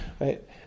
right